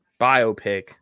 biopic